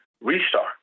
restart